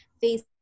face